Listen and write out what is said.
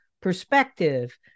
perspective